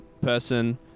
person